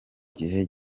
gihe